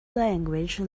language